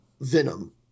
Venom